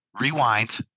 rewind